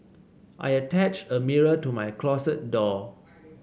I attached a mirror to my closet door